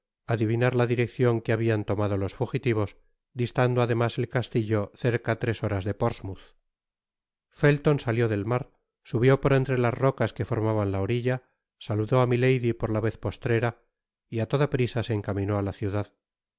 adivinar la direccion que habian tomado los fugitivos distando además el castillo cerca tres horas de portsmouth felton salió del mar subió por entre las rocas que formaban la orilla saludó á milady por la vez postrera y á toda prisa se encaminó á la ciudad